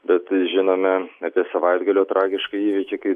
bet žinome apie savaitgalio tragišką įvykį kai